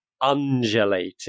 undulating